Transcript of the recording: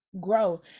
grow